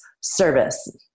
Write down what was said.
service